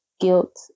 guilt